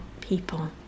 people